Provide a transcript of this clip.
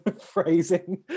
phrasing